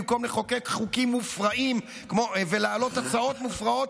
במקום לחוקק חוקים מופרעים ולהעלות הצעות מופרעות,